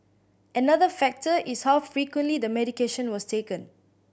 another factor is how frequently the medication was taken